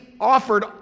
offered